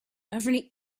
every